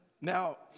Now